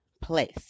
place